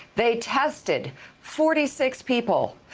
they tested forty six people.